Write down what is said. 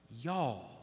y'all